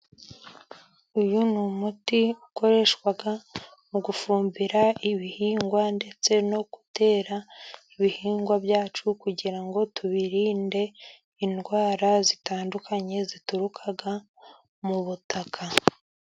Uyu ni umuti ukoreshwa mu gufumbira ibihingwa, ndetse no gutera ibihingwa byacu, kugira ngo tubirinde indwara zitandukanye zituruka mu butaka.